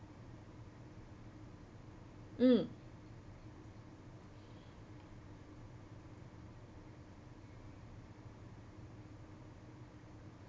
mm